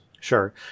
Sure